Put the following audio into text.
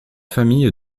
famille